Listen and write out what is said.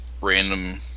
random